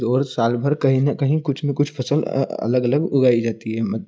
और साल भर कहीं ना कहीं कुछ ना कुछ फसल अलग अलग उगाई जाती है